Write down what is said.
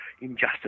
injustice